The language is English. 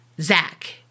Zach